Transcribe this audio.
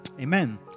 Amen